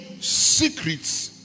secrets